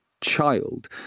child